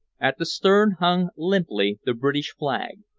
at the stern hung limply the british flag,